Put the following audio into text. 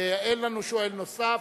אין לנו שואל נוסף.